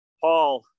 Paul